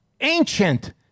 ancient